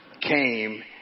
came